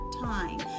Time